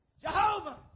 Jehovah